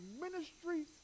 ministry